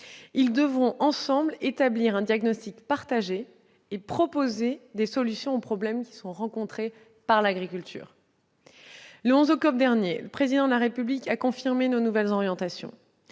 Ils devront établir un diagnostic partagé et proposer des solutions aux problèmes rencontrés par l'agriculture. Le 11 octobre dernier, le Président de la République a confirmé nos nouvelles orientations